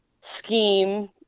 scheme